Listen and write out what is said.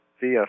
via